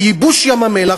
בייבוש ים-המלח,